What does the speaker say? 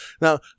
now